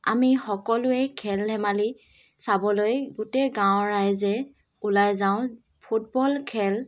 আমি সকলোৱেই খেল ধেমালি চাবলৈ গোটেই গাঁৱৰ ৰাইজে ওলাই যাওঁ ফুটবল খেল